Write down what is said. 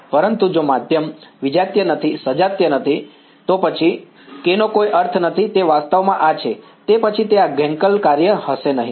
પરંતુ જો માધ્યમ વિજાતીય નથી સજાતીય નથી તો પછી k નો કોઈ અર્થ નથી તે વાસ્તવમાં આ છે તેથી પછી તે આ હેન્કેલ કાર્ય હશે નહીં